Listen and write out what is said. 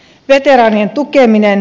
veteraanien tukeminen